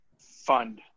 fund